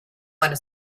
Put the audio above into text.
want